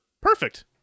perfect